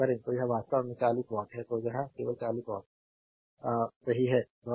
तो यह वास्तव में 40 वाट है तो यह केवल ४० वाट सही है द्वारा दिया पावर